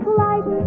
light